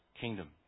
kingdom